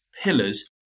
pillars